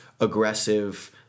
aggressive